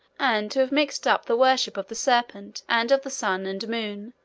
and to have mixed up the worship of the serpent, and of the sun and moon,